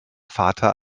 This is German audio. vater